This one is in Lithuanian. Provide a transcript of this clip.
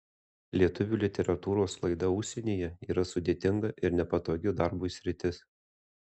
lietuvių literatūros sklaida užsienyje yra sudėtinga ir nepatogi darbui sritis